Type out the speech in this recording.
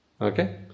Okay